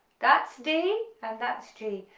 that's d, and that's g,